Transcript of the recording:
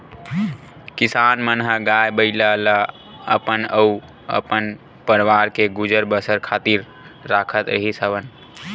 किसान मन ह गाय, बइला ल अपन अउ अपन परवार के गुजर बसर खातिर राखत रिहिस हवन